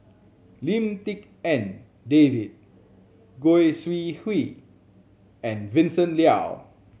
Lim Tik En David Goi Seng Hui and Vincent Leow